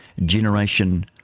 generation